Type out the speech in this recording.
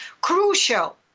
crucial